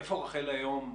איפה רח"ל היום?